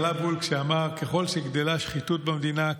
קלע בול כשאמר: ככל שגדלה שחיתות במדינה,